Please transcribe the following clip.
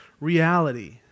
reality